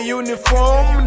uniform